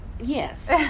yes